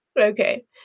Okay